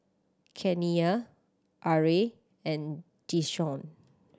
Kenia Arra and Deshawn